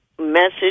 message